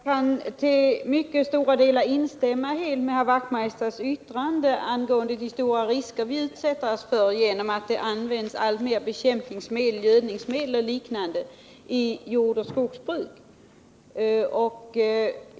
Herr talman! Jag kan till mycket stora delar instämma i Hans Wachtmeisters yttrande om de stora risker vi utsätter oss för genom att använda allt mer bekämpningsmedel, gödningsmedel och liknande i jordoch skogsbruket.